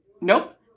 nope